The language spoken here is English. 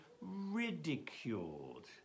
ridiculed